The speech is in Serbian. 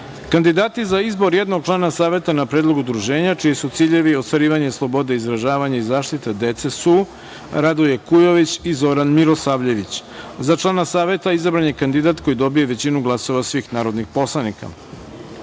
dece. Kandidati za izbor jednog člana Saveta na predlog udruženja čiji su ciljevi ostvarivanje slobode izražavanja i zaštita dece su Radoje Kujović i Zoran Mirosavljević.Za člana Saveta izabran je kandidat koji dobije većinu glasova svih narodnih poslanika.1.